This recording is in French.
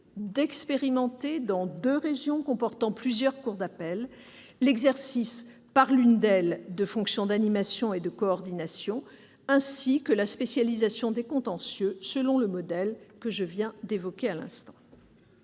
d'expérimenter dans deux régions comportant plusieurs cours d'appel l'exercice par l'une d'elles de fonctions d'animation et de coordination, ainsi que la spécialisation des contentieux selon le modèle que je viens d'évoquer. Le projet